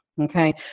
Okay